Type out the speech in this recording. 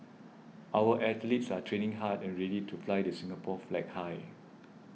our athletes are training hard and ready to fly the Singapore flag high